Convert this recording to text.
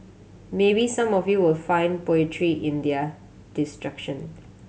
maybe some of you will find poetry in their destruction